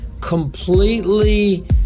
completely